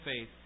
faith